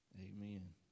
Amen